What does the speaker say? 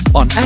on